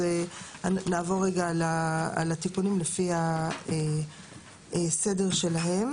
לפיכך נעבור על התיקונים לפי הסדר שלהם.